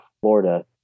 Florida